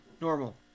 normal